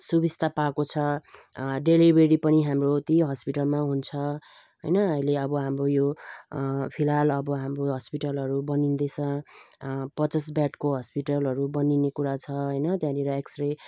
सुबिस्ता पाएको छ डेलिभरी पनि हाम्रो त्यही हस्पिटलमा हुन्छ होइन अहिले अब हाम्रो यो फिलहाल अब हाम्रो हस्पिटलहरू बनिँदैछ पचास बेडको हस्पिटलहरू बनिने कुरा छ होइन त्यहाँनिर एक्सरे